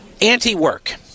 Anti-work